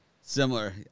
Similar